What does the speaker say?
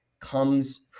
comes